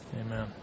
Amen